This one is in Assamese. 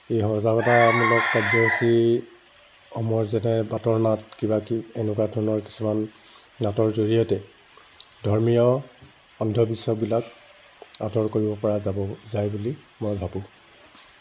এই সজাগতামূলক কাৰ্যসূচীসমূহৰ যেনে বাটৰ নাট কিবাকিবি এনেকুৱা ধৰণৰ কিছুমান নাটৰ জৰিয়তে ধৰ্মীয় অন্ধবিশ্বাসবিলাক আঁতৰ কৰিব পৰা যাব যায় বুলি মই ভাবোঁ